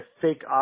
fake